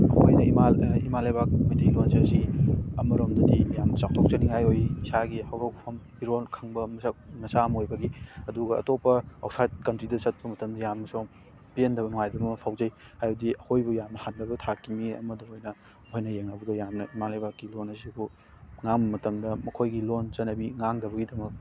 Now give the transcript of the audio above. ꯑꯩꯈꯣꯏꯅ ꯏꯝꯥ ꯏꯃꯥ ꯂꯩꯕꯥꯛ ꯃꯩꯇꯩ ꯂꯣꯟ ꯑꯁꯤ ꯑꯃꯔꯣꯝꯗꯗꯤ ꯌꯥꯝ ꯆꯥꯎꯊꯣꯛꯆꯅꯤꯡꯉꯥꯏ ꯑꯣꯏ ꯏꯁꯥꯒꯤ ꯍꯧꯔꯛꯐꯝ ꯏꯔꯣꯟ ꯈꯪꯕ ꯃꯁꯛ ꯃꯆꯥ ꯑꯃ ꯑꯣꯏꯕꯒꯤ ꯑꯗꯨꯒ ꯑꯇꯣꯞꯄ ꯑꯥꯎꯠꯁꯥꯏꯗ ꯀꯟꯇ꯭ꯔꯤꯗ ꯆꯠꯄ ꯃꯇꯝꯗ ꯌꯥꯝꯅ ꯁꯨꯝ ꯄꯦꯟꯗꯕ ꯅꯨꯡꯉꯥꯏꯇꯕ ꯑꯃ ꯐꯥꯎꯖꯩ ꯍꯥꯏꯕꯗꯤ ꯑꯩꯈꯣꯏꯕꯨ ꯌꯥꯝꯅ ꯍꯟꯊꯕ ꯊꯥꯛꯀꯤ ꯃꯤ ꯑꯃꯗ ꯑꯣꯏꯅ ꯃꯈꯣꯏꯅ ꯌꯦꯡꯅꯕꯗꯣ ꯌꯥꯝꯅ ꯏꯃꯥ ꯂꯩꯕꯥꯛꯀꯤ ꯂꯣꯟ ꯑꯁꯤꯕꯨ ꯉꯥꯡꯕ ꯃꯇꯝꯗ ꯃꯈꯣꯏꯒꯤ ꯂꯣꯟ ꯆꯠꯅꯕꯤ ꯉꯥꯡꯗꯕꯒꯤꯗꯃꯛ